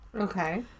Okay